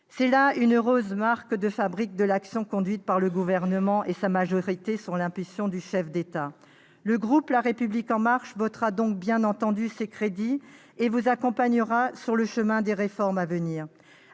C'est là une heureuse marque de fabrique de l'action conduite par le Gouvernement et sa majorité, sous l'impulsion du chef de l'État. Le groupe La République En Marche votera ces crédits, bien entendu, et vous accompagnera sur le chemin des réformes à venir,